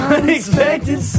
Unexpected